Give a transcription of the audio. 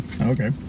Okay